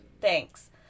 Thanks